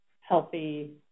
healthy